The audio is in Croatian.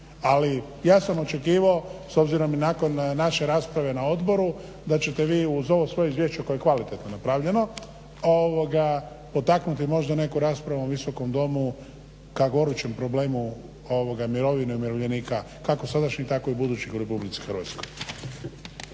Ali, ja sam očekivao s obzirom i nakon naše rasprave na odboru da ćete vi uz ovo svoje izvješće koje je kvalitetno napravljeno potaknuti možda neku raspravu u ovom Visokom domu ka gorućem problemu mirovina umirovljenika kako sadašnjih tako i budućih u RH.